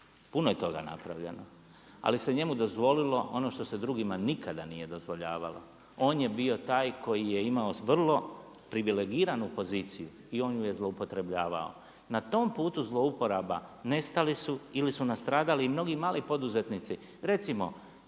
puno je toga napravljeno. Ali se njemu dozvolilo ono što se nikome nikada nije dozvoljavalo. On je bio taj koji je imao vrlo privilegiranu poziciju i on ju je zloupotrebljavao. Na tom putu zlouporaba nestali su ili su nastradali mnogi mali poduzetnici. Recimo